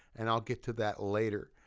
and i'll get to that later.